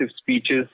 speeches